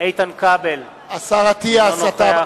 איתן כבל, אינו נוכח